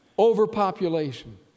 overpopulation